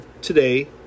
today